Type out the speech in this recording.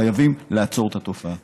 חייבים לעצור את התופעה.